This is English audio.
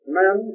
men